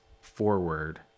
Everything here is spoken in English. forward